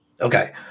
Okay